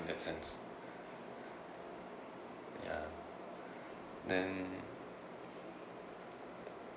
in that sense ya then